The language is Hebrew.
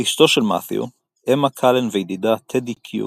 אשתו של מתיו, אמה קאלן וידידה, טדי קיו,